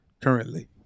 currently